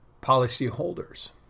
policyholders